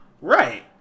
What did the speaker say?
Right